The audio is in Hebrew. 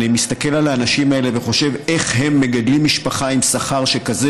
אני מסתכל על האנשים האלה וחושב איך הם מגדלים משפחה עם שכר שכזה.